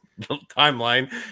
timeline